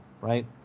Right